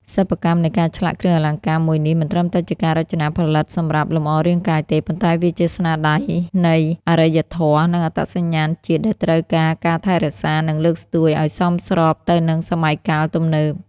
សិប្បកម្មនៃការឆ្លាក់គ្រឿងអលង្ការមួយនេះមិនត្រឹមតែជាការរចនាផលិតសម្រាប់លម្អរាងកាយទេ ប៉ុន្តែវាជាស្នាដៃនៃអរិយធម៌ និងអត្តសញ្ញាណជាតិដែលត្រូវការការថែរក្សា និងលើកស្ទួយឲ្យសមស្របទៅនឹងសម័យកាលទំនើប។